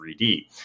3D